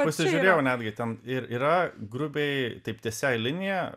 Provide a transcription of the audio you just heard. pasižiūrėjau netgi ten ir ir yra grubiai taip tiesiai liniją